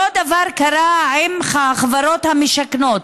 אותו דבר קרה עם החברות המשכנות.